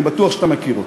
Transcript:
אני בטוח שאתה מכיר אותו,